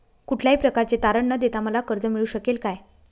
कुठल्याही प्रकारचे तारण न देता मला कर्ज मिळू शकेल काय?